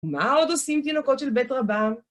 ומה עוד עושים תינוקות של בית רבם?